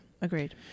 agreed